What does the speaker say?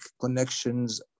connections